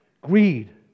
greed